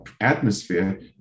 atmosphere